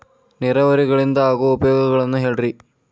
ನೇರಾವರಿಯಿಂದ ಆಗೋ ಉಪಯೋಗಗಳನ್ನು ಹೇಳ್ರಿ